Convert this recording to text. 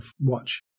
watch